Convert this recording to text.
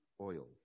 oil